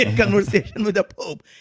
ah conversation with the pope.